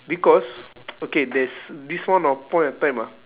because okay there's this one of point of time ah